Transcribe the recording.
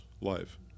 life